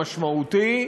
משמעותי,